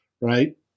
right